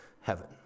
heaven